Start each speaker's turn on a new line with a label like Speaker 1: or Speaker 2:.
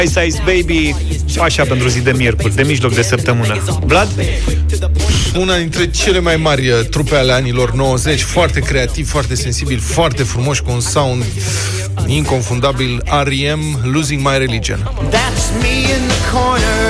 Speaker 1: Ice Ice Baby, așa pentru zi de miercuri, de mijloc de săptămână. Vlad?
Speaker 2: Una dintre cele mai mari, uh, trupe ale anilor 90, foarte creativ, foarte sensibil, foarte frumoși, cu un sound inconfundabil, R.E.M., Losing My Religion.
Speaker 3: That's me in the corner.